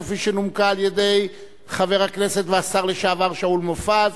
כפי שנומקה על-ידי חבר הכנסת והשר לשעבר שאול מופז,